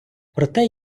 проте